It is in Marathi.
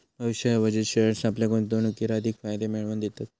भविष्याऐवजी शेअर्स आपल्या गुंतवणुकीर अधिक फायदे मिळवन दिता